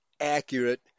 accurate